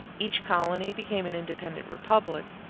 each colony became an independent republic,